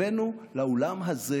הבאנו לאולם הזה